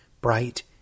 bright